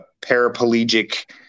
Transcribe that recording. paraplegic